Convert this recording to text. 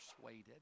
persuaded